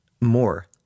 more